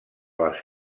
les